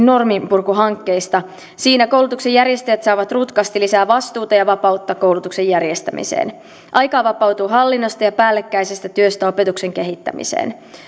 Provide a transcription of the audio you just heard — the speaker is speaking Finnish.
normienpurkuhankkeista siinä koulutuksen järjestäjät saavat rutkasti lisää vastuuta ja vapautta koulutuksen järjestämiseen aikaa vapautuu hallinnosta ja päällekkäisestä työstä opetuksen kehittämiseen